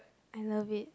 I love it